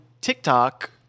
TikTok